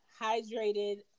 hydrated